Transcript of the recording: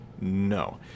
No